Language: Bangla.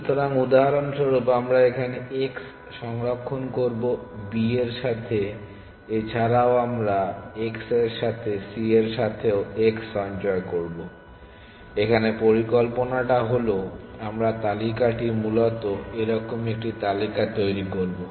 সুতরাং উদাহরণ স্বরূপ আমরা এখানে x সংরক্ষন করব b এর সাথে এছাড়াও আমরা x এর সাথে c এর সাথেও x সঞ্চয় করব এখানে পরিকল্পনাটা হলো আমরা তালিকাটি মূলত এরকম একটি তালিকা তৈরি করবো